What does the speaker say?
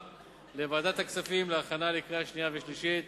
לוועדת הכספים להכנה לקריאה שנייה ושלישית.